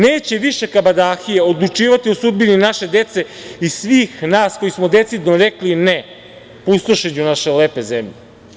Neće više kabadahije odlučivati o sudbini naše dece i svih nas koji smo decidno rekli ne pustošenju naše lepe zemlje.